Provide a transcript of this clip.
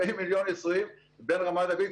40 מיליון --- בין רמת דוד,